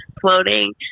floating